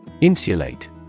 Insulate